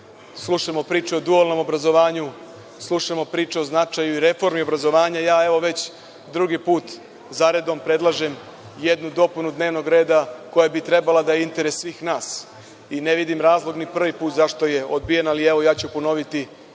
slušamo priče o dualnom obrazovanju, slušamo priče o značaju i reformi obrazovanja, ja evo već drugi put zaredom predlažem jednu dopunu dnevnog reda koja bi trebala da je interes svih nas. Ne vidim razlog ni prvi put zašto je odbijen, ali ja ću ponoviti